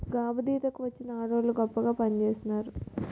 గాబుదీత కి వచ్చిన ఆడవోళ్ళు గొప్పగా పనిచేసినారు